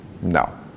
no